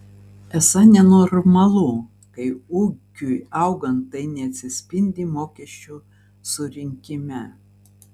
esą nenormalu kai ūkiui augant tai neatsispindi mokesčių surinkime